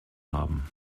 haben